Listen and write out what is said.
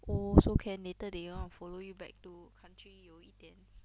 also can later they want follow you back to country you'll be dead